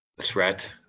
threat